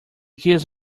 keys